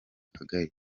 kagari